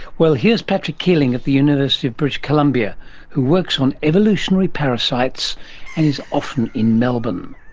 well, here's patrick keeling at the university of british columbia who works on evolutionary parasites and is often in melbourne.